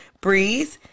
breathe